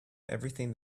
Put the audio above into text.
everything